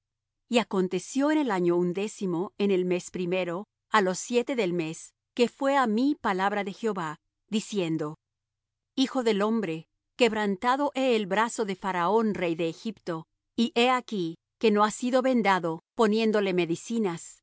y aconteció en el año undécimo en el mes primero á los siete del mes que fué á mí palabra de jehová diciendo hijo del hombre quebrantado he el brazo de faraón rey de egipto y he aquí que no ha sido vendado poniéndo le medicinas